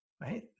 right